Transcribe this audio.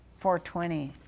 420